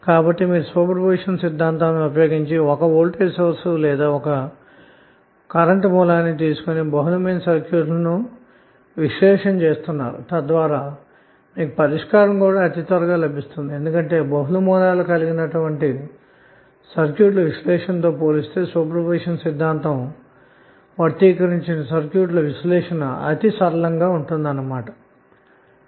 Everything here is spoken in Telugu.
కాబట్టి మీరు సూపర్పొజిషన్ సిద్ధాంతాన్ని ఉపయోగించి 1 వోల్టేజ్ సోర్స్ లేదా 1 కరెంట్ సోర్స్ ని తీసుకొని బహుళ సర్క్యూట్లను విశ్లేషణ గావించి త్వరగా పరిష్కారం పొందుతున్నారు ఎందుకంటే బహుళ సోర్స్ లు కలిగిన సర్క్యూట్ల విశ్లేషణ తో పోలిస్తే సూపర్పొజిషన్ సిద్ధాంతం వర్తికరించిన సర్క్యూట్ల విశ్లేషణ అతి సరళంగా ఉంటుంది కాబట్టి